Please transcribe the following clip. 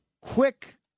quick